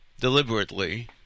deliberately